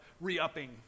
re-upping